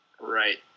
Right